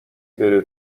بره